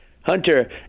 Hunter